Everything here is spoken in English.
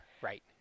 Right